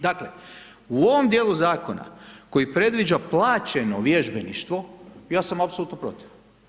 Dakle, u ovom dijelu zakona, koji predviđa plaćeno vježbeništvo ja sam apsolutno protiv.